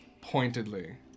pointedly